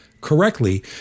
correctly